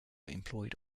employed